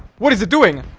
what is it doing?